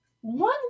one